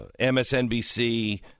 MSNBC